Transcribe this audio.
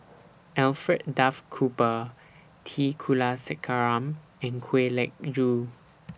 Alfred Duff Cooper T Kulasekaram and Kwek Leng Joo